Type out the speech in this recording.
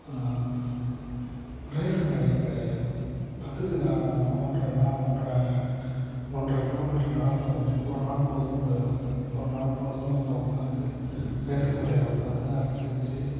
ration கடையே கிடையாது பக்கத்து கிராமம் போனால் ஒன்றரை கிராம் ஒன்றரை ஒன்றரை கிலோமீட்ரு நடந்து வந்து ஒருநாள் பொழுதும் போயிடும் அங்கே ஒருநாள் பொழுதும் அங்கே உட்காந்து ரேசன் கடையில் உட்காந்து அது செஞ்சு